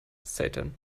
satan